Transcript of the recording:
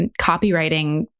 copywriting